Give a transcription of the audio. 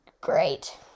great